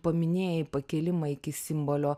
paminėjai pakėlimą iki simbolio